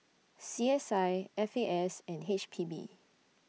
C S I F A S and H P B